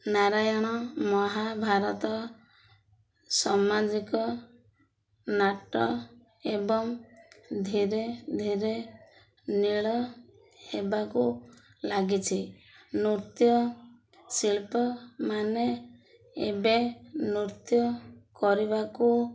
ନାରାୟଣ ମହାଭାରତ ସାମାଜିକ ନାଟ ଏବଂ ଧୀରେ ଧୀରେ ନୀଳ ହେବାକୁ ଲାଗିଛି ନୃତ୍ୟ ଶିଳ୍ପମାନେ ଏବେ ନୃତ୍ୟ କରିବାକୁ